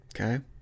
Okay